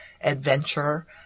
adventure